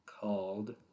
called